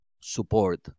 support